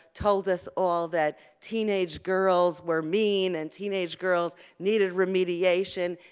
told us all that teenage girls were mean and teenage girls needed remediation.